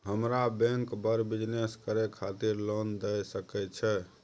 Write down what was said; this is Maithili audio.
हमरा बैंक बर बिजनेस करे खातिर लोन दय सके छै?